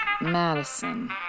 Madison